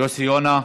יוסי יונה,